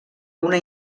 una